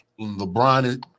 LeBron